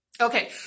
Okay